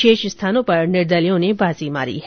शेष स्थानों पर निर्दलीयों ने बाजी मारी है